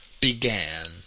began